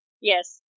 yes